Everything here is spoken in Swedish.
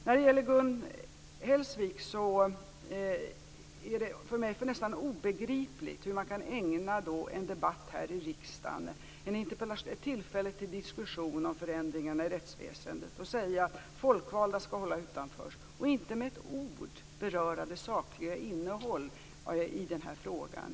Vad gäller Gun Hellsvik är det för mig nästan obegripligt hur man kan ägna en interpellationsdebatt här i riksdagen, ett tillfälle till diskussion om förändringarna i rättsväsendet, åt att påstå att de folkvalda skall hållas utanför, utan att med ett ord beröra det sakliga innehållet i frågan.